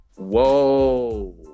Whoa